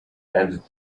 and